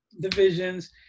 divisions